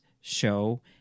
show